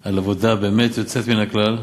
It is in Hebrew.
על עבודה באמת יוצאת מן הכלל,